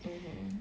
mmhmm